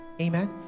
Amen